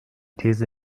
these